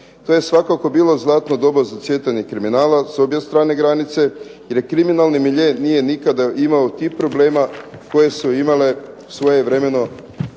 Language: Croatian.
To je svakako bilo zlatno doba za cvjetanje kriminala s obje strane granice jer kriminalni milje nije nikada imao tih problema koje su imale svojevremeno